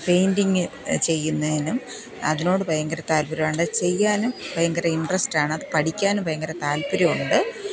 painting ചെയ്യുന്നതിനും അതിനോട് ഭയങ്കര താല്പ്പര്യം ഉണ്ട് ചെയ്യാനും ഭയങ്കര ഇന്ട്രെസ്റ്റ് ആണ് അത് പഠിക്കാനും ഭയങ്കര താല്പ്പര്യം ഉണ്ട്